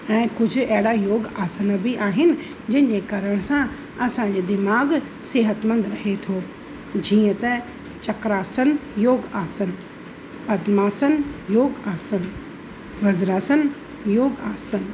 ऐं कुझु अहिड़ा योगासन बि आहिनि जंहिं जे करण सां असां जे दिमाग़ सिहतमंद रहे थो जीअं त चक्रासन योगु आसन अधिमासन योगु आसन वज्रासन योगु आसन